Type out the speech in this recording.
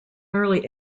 early